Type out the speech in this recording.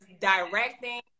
directing